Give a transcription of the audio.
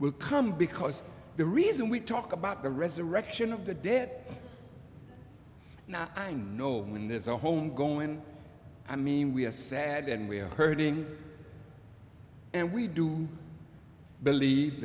will come because the reason we talk about the resurrection of the dead now i know when there's a home going i mean we have said and we are hurting and we do believe